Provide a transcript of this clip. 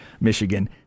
Michigan